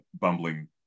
bumbling